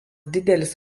didelis